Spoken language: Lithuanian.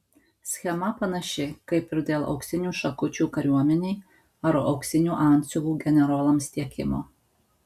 schema panaši kaip ir dėl auksinių šakučių kariuomenei ar auksinių antsiuvų generolams tiekimo